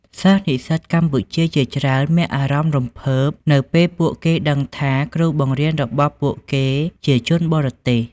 សិស្សនិស្សិតកម្ពុជាជាច្រើនមានអារម្មណ៍រំភើបនៅពេលពួកគេដឹងថាគ្រូបង្រៀនរបស់ពួកគេជាជនបរទេស។